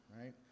Right